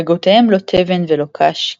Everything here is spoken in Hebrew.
גגותיהם לא תבן ולא קש,